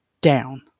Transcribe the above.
down